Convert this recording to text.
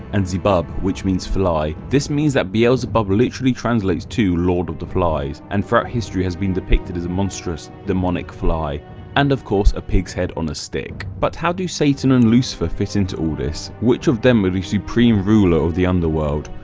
and zebub which means fly. this means that beelzebub literally translates to lord of the fly and throughout history has been depicted as a monstrous demonic fly and of course a pigs head on a stick. but how do satan and lucifer fit into all this? which of them are the supreme ruler of the underworld,